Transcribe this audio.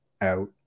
out